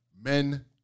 Men